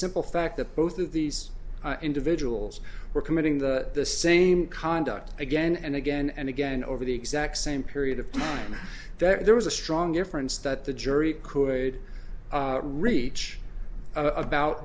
the fact that both of these individuals were committing the same conduct again and again and again over the exact same period of time there was a strong difference that the jury could reach about